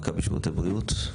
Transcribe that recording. מכבי שירותי בריאות.